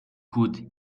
could